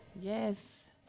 Yes